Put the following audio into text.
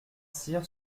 cyr